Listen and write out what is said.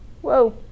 whoa